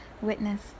witness